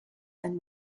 and